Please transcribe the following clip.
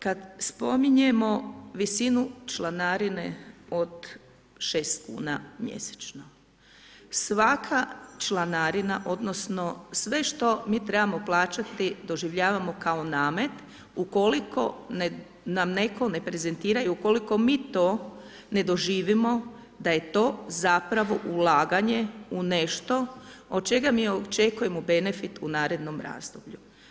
Kada spominjemo visinu članarine od 6 kn mjesečno, svaka članarina, odnosno, sve što mi trebamo plaćati, doživljavamo kao namet, ukoliko nam netko ne prezentiraju, ukoliko mi to ne doživimo, da je to zapravo ulaganje u nešto od čega mi očekujemo benefit u narednom razdoblju.